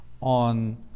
on